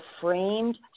framed